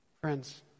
Friends